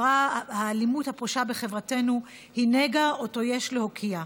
האלימות הפושה בחברתנו היא נגע שאותו יש להוקיע.